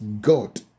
God